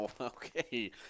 Okay